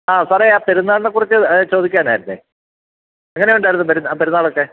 ആ സാറേ ആ പെരുന്നാളിനെ കുറിച്ച് ചോദിക്കാനായിരുന്നെ എങ്ങനെ ഉണ്ടായിരുന്നു പെരുന്നാളൊക്കെ